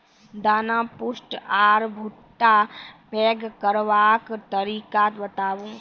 दाना पुष्ट आर भूट्टा पैग करबाक तरीका बताऊ?